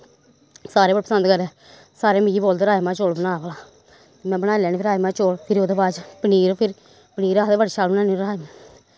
सारे बड़े पसंद करदे सारे मिगी बोलदे राजमाह् चौल बना भलां में बनाई लैन्नी फिर राजमाह् चौल फिर ओह्दे बाद च पनीर आखदे पनीर बड़ा शैल बनानी